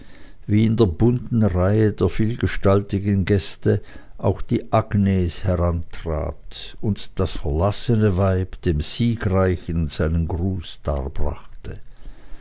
wie in der bunten reihe der vielgestaltigen gäste auch die agnes herantrat und das verlassene weib dem siegreichen seinen gruß darbrachte